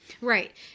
Right